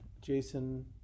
Jason